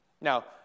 Now